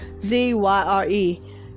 Z-Y-R-E